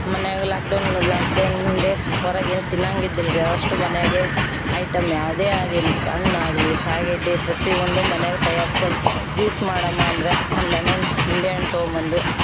ಮನೆಯಾಗೆ lockdown lockdown ಮುಂದೆ ಹೊರಗೇನು ತಿನ್ನೊಂಗಿದ್ದಿಲ್ರಿ ಅಷ್ಟು ಮನೆಯಾಗೆ ಐಟಮ್ ಯಾವುದೇ ಆಗಿರಲಿ ಹಣ್ಣಾಗಲಿ ಕಾಯಿಗಡ್ಡೆ ಪ್ರತಿಯೊಂದು ಮನೆಗೆ ತಯಾರಿಸ್ಕೊಂಡು ಜ್ಯೂಸ್ ಮಾಡಮ್ಮ ಅಂದರೆ ಒಂದ್ ಲೆಮೆನ್ ನಿಂಬೆಹಣ್ಣು ತೊಗೊಂಬಂದು